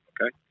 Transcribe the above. Okay